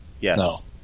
Yes